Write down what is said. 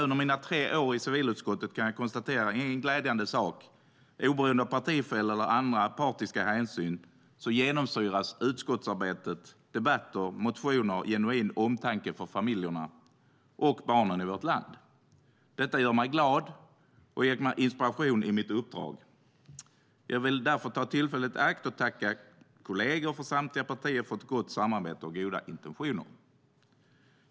Under mina tre år i civilutskottet kan jag konstatera en glädjande sak: Oberoende av partifärg eller andra partiska hänsyn genomsyras utskottsarbetet, debatter och motioner av genuin omtanke för familjerna och barnen i vårt land. Detta gör mig glad och ger mig inspiration i mitt uppdrag. Jag vill därför ta tillfället i akt att tacka kolleger från samtliga partier för gott samarbete och goda intentioner.